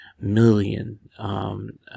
million